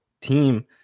team